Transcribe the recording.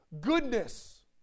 goodness